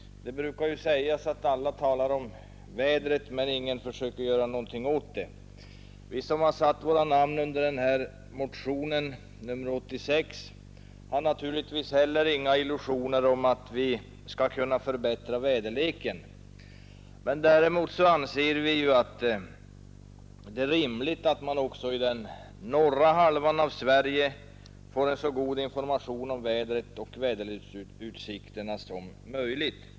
Det brukar ju sägas att alla talar om vädret, men ingen försöker göra någonting åt det. Vi som har satt våra namn under motionen 86 har naturligtvis inte heller några illusioner om att vi skulle kunna förbättra väderleken. Däremot anser vi att det är rimligt att man också i den norra halvan av Sverige får en så god information om vädret och väderleksutsikterna som möjligt.